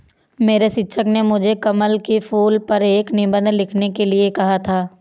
मेरे शिक्षक ने मुझे कमल के फूल पर एक निबंध लिखने के लिए कहा था